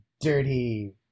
dirty